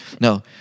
No